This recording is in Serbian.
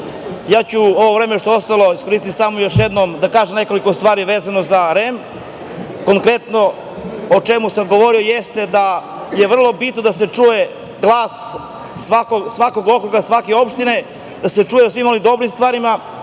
Orliću. Ovo vreme što je ostalo iskoristiću samo još jednom da kažem nekoliko stvari vezano za REM. Konkretno o čemu sam govorio jeste da je vrlo bitno da se čuje glas svakog okruga, svake opštine, da se čuje o svim ovim dobrim stvarima,